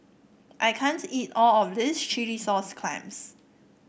I can't eat all of this Chilli Sauce Clams